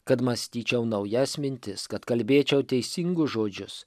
kad mąstyčiau naujas mintis kad kalbėčiau teisingus žodžius